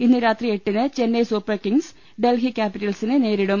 ഇന്ന് രാത്രി എട്ടിന് ചെന്നൈ സൂപ്പർ കിങ്ങ്സ് ഡൽഹി ക്യാപിറ്റൽസിനെ നേരിടും